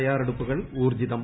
തയ്യാറെടുപ്പുകൾ ഊർജ്ജിതം